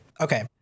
Okay